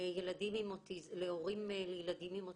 הורים לילדים עם אוטיזם,